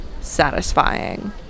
satisfying